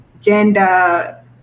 gender